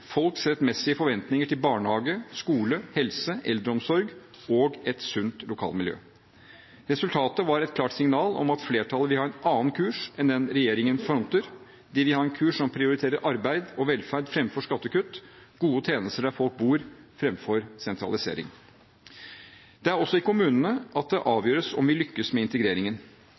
folks rettmessige forventninger til barnehage, skole, helse, eldreomsorg og et sunt lokalmiljø. Resultatet var et klart signal om at flertallet vil ha en annen kurs enn den regjeringen fronter. De vil ha en kurs som prioriterer arbeid og velferd fremfor skattekutt, gode tjenester der folk bor, fremfor sentralisering. Det er også i kommunene det